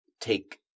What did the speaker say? take